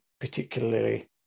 particularly